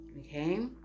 okay